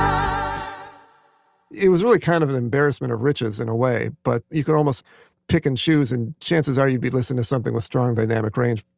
um it was really kind of an embarrassment of riches in a way, but you could almost pick and choose, and chances are you'd be listening to something with strong dynamic range